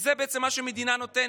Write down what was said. וזה מה שהמדינה נותנת,